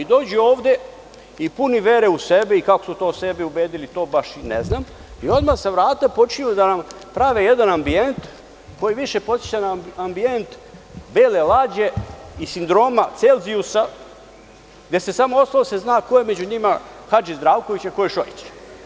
Dođu ovde i puni vere u sebe i kako su to sebe ubedili to baš i ne znam, i odmah sa vrata počinju da nam prave jedan ambijent koji više podseća na ambijent „Bele lađe“ i sindroma „celzijusa“, gde se samo ostalo da se zna ko je među njima Hadži Zdravković, a ko je Šojić.